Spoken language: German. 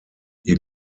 ihr